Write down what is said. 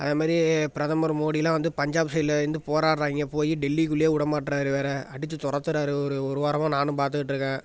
அதே மாரி பிரதமர் மோடியெலாம் வந்து பஞ்சாப் சைட்லேருந்து போராடுறாய்ங்க போய் டெல்லிக்குள்ளேயே விட மாட்றாரு வேறு அடிச்சு துரத்துறாரு ஒரு ஒரு வாரமாக நானும் பார்த்துக்கிட்ருக்கேன்